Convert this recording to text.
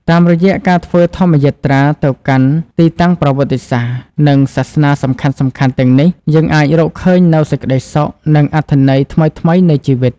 តាមរយៈការធ្វើធម្មយាត្រាទៅកាន់ទីតាំងប្រវត្តិសាស្ត្រ និងសាសនាសំខាន់ៗទាំងនេះ យើងអាចរកឃើញនូវសេចក្តីសុខ និងអត្ថន័យថ្មីៗនៃជីវិត។